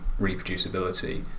reproducibility